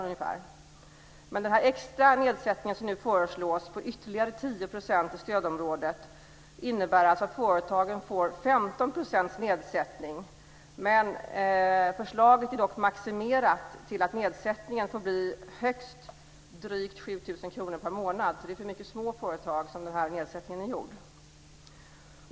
Den extra nedsättning som nu föreslås på ytterligare 10 % nedsättning. Det är dock maximerat, så att nedsättningen får bli högst drygt 7 000 kr per månad. Det är alltså för mycket små företag som den här nedsättningen är gjord.